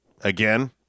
again